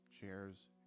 chairs